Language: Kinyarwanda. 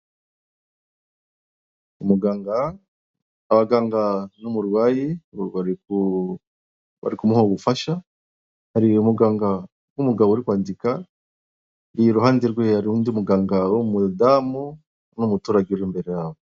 Muganga abaganga n'umurwayi bari kumuha ubufasha, hari umuganga w'umugabo uri kwandika, iruhande rwe hari undi muganga w'umudamu, n'umuturage uri imbere yabo.